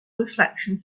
reflection